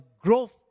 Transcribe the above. growth